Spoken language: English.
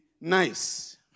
nice